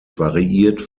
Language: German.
variiert